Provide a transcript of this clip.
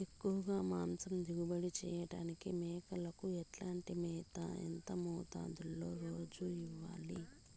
ఎక్కువగా మాంసం దిగుబడి చేయటానికి మేకలకు ఎట్లాంటి మేత, ఎంత మోతాదులో రోజు ఇవ్వాలి?